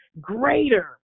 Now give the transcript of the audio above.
greater